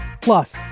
Plus